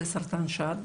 זה סרטן השד.